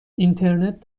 اینترنت